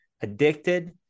addicted